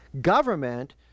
government